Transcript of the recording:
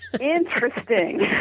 Interesting